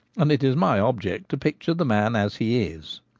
and it is my object to picture the man as he is.